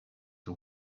the